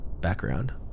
background